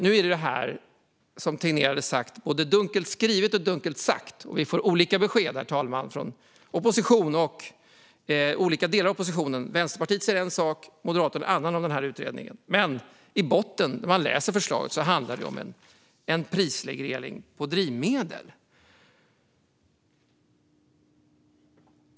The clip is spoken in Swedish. Nu är det, som Tegnér hade sagt, både dunkelt skrivet och dunkelt sagt, och vi får olika besked från olika delar av oppositionen. Vänsterpartiet säger en sak om utredningen och Moderaterna en annan, men i botten handlar förslaget om en prisreglering för drivmedel.